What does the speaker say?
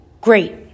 Great